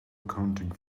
accounting